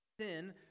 sin